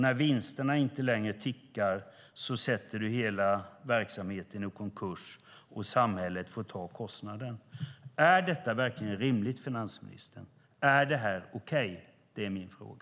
När vinsterna sedan inte tickar in sätter de hela verksamheten i konkurs, och samhället får ta kostnaden. Är det verkligen rimligt, finansministern? Är det okej, är min fråga.